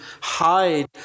hide